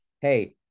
hey